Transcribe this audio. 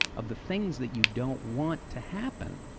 of the things that you don't want to happen,